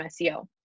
SEO